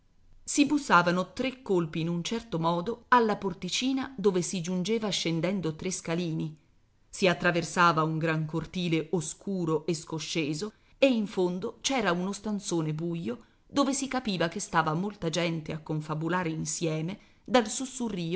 si bussavano tre colpi in un certo modo alla porticina dove si giungeva scendendo tre scalini si attraversava un gran cortile oscuro e scosceso e in fondo c'era uno stanzone buio dove si capiva che stava molta gente a confabulare insieme dal sussurrìo